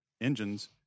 engines